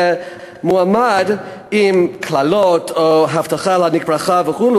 מועמד עם קללות או הבטחה להעניק ברכה וכו',